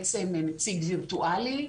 למעשה, נציג וירטואלי.